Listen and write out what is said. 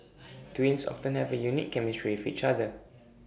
twins often have A unique chemistry with each other